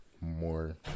more